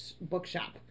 bookshop